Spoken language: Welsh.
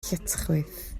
lletchwith